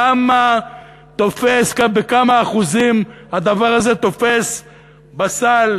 כמה אחוזים הדבר הזה תופס בסל,